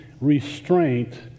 restraint